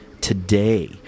Today